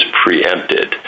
preempted